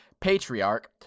Patriarch